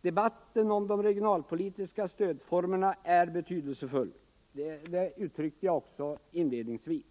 Debatten om de regionalpolitiska stödformerna är betydelsefull — det uttryckte jag också inledningsvis.